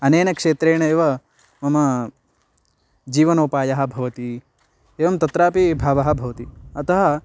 अनेन क्षेत्रेण एव मम जीवनोपायः भवति एवं तत्रापि भावः भवति अतः